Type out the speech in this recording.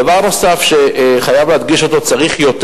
דבר נוסף שחייבים להדגיש אותו, צריך יותר.